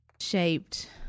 shaped